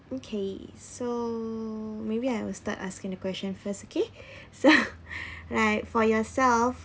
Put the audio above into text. okay so maybe I will start asking the question first okay so right for yourself